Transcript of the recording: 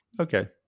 Okay